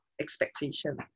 expectation